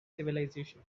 civilisation